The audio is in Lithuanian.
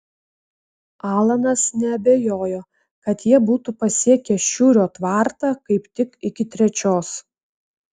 alanas neabejojo kad jie būtų pasiekę šiurio tvartą kaip tik iki trečios